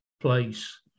place